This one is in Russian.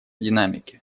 динамике